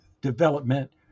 development